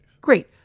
great